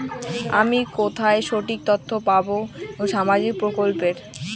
আমি কোথায় সঠিক তথ্য পাবো সামাজিক প্রকল্পের?